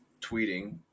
tweeting